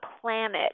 planet